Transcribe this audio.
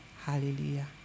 Hallelujah